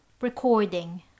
Recording